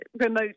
remote